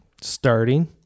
starting